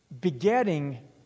begetting